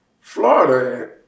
Florida